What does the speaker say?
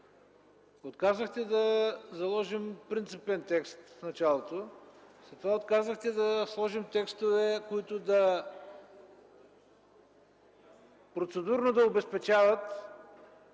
Отказахте да заложим принципен текст в началото, след това отказахте да сложим текстове, които да обезпечават